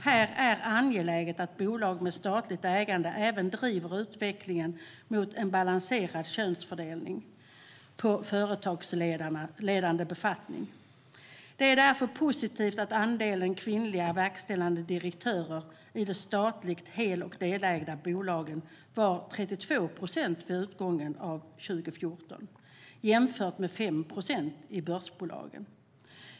Det är angeläget att bolag med statligt ägande även driver utvecklingen mot en balanserad könsfördelning i fråga om företagsledande befattningar. Det är därför positivt att andelen kvinnliga verkställande direktörer i de statligt hel och delägda bolagen var 32 procent vid utgången av 2014, jämfört med 5 procent i börsbolagen.